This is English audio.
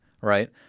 right